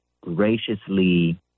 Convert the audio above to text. graciously –